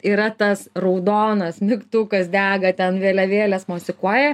yra tas raudonas mygtukas dega ten vėliavėlės mosikuoja